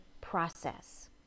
process